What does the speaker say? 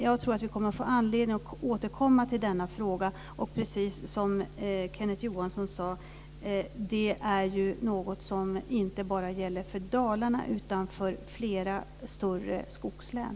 Jag tror att vi får anledning att återkomma till denna fråga. Precis som Kenneth Johansson sade är detta något som inte bara gäller för Dalarna utan för flera större skogslän.